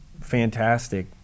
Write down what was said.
fantastic –